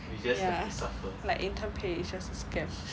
ya like intern pay is just a scam